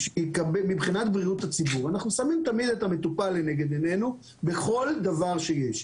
מבחינת בריאות הציבור אנחנו שמים את המטופל לנגד עינינו בכל דבר שיש,